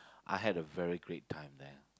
I had a very great time there